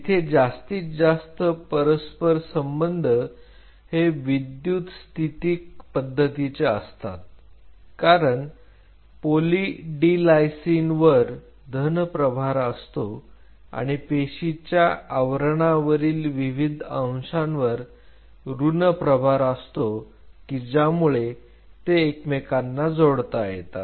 इथे जास्तीत जास्त परस्पर संबंध हे विद्युतस्थितिक पद्धतीचे असतात कारण पोलि डी लायसिन वर धन प्रभार असतो आणि पेशीच्या आवरणावरील विविध अंशावर ऋण प्रभार असतो की ज्यामुळे ते एकमेकांना जोडता येतात